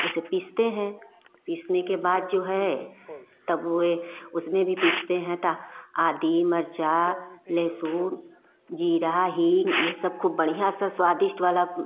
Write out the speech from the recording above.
उसे पीसते हैं पीसने के बाद जो है तब वह है उसमें भी पीसते हैं तो आदि मर्चा लहसुन जीरा हिंग यह सब खूब बढ़िया से स्वादिष्ट वाला